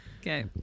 Okay